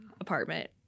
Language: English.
apartment